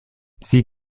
sieh